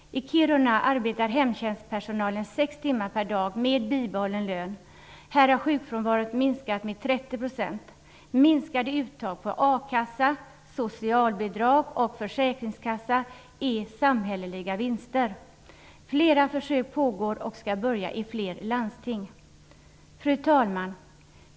I Kiruna arbetar hemtjänstpersonalen sex timmar per dag med bibehållen lön. Här har sjukfrånvaron minskat med 30 %. Minskade uttag från a-kassa, socialbidrag och försäkringskassa är samhälleliga vinster. Flera försök pågår eller skall börja i flera landsting. Fru talman!